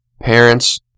parents